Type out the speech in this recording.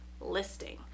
listing